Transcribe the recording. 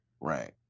Right